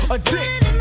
Addict